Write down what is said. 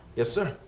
yes sir.